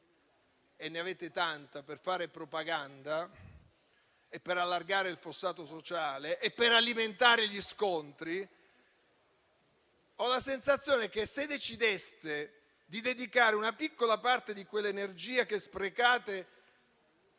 e ne avete tanta - per fare propaganda, per allargare il fossato sociale e alimentare gli scontri. Ho la sensazione che, se decideste di dedicare una piccola parte di quell'energia che sprecate